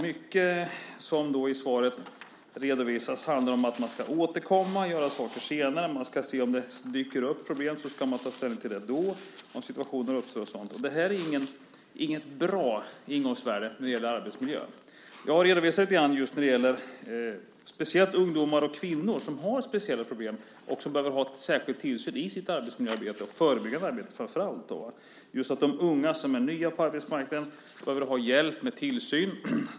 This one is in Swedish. Mycket av det som redovisas i svaret handlar om att man ska återkomma, göra saker senare. Om det dyker upp problem, så ska man ta ställning till det då, eller om situationer uppstår och sådant. Och det här är inget bra ingångsvärde när det gäller arbetsmiljö. Jag har redovisat lite grann just när det gäller ungdomar och kvinnor som har speciella problem och som behöver ha särskild tillsyn i sitt arbetsmiljöarbete och förebyggande arbete, framför allt. De unga som är nya på arbetsmarknaden behöver ha hjälp med tillsyn.